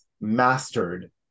mastered